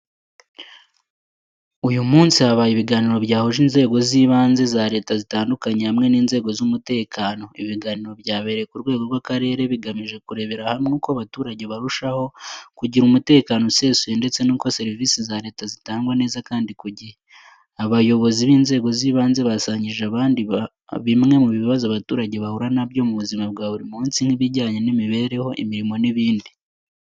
Uyu munsi habaye ibiganiro byahuje inzego z’ibanze za Leta zitandukanye hamwe n’inzego z’umutekano. Ibi biganiro byabereye ku rwego rw’akarere, bigamije kurebera hamwe uko abaturage barushaho kugira umutekano usesuye ndetse n’uko serivisi za Leta zitangwa neza kandi ku gihe. Abayobozi b’inzego z’ibanze basangije abandi bimwe mu bibazo abaturage bahura na byo mu buzima bwa buri munsi, nk’ibijyanye n’imibereho, imirimo n’ibindi.